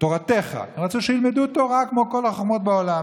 "תורתך" הם רצו שילמדו תורה כמו כל החוכמות בעולם.